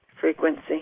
frequency